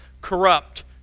corrupt